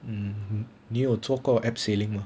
mm 你有做过 absailing 吗